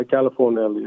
California